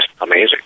amazing